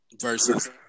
versus